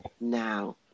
Now